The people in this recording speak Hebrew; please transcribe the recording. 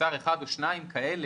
מוצר אחד או שניים כאלה,